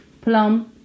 plum